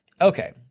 Okay